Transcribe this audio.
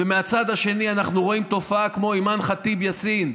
ומהצד השני אנחנו רואים תופעה כמו אימאן ח'טיב יאסין,